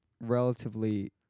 relatively